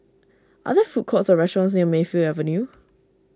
are there food courts or restaurants near Mayfield Avenue